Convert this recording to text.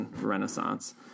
renaissance